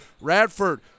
Radford